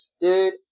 Dude